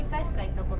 i think